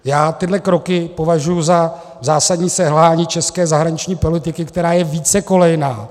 Já tyhle kroky považuji za zásadní selhání české zahraniční politiky, která je vícekolejná.